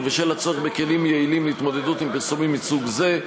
ובשל הצורך בכלים יעילים להתמודדות עם פרסומים מסוג זה,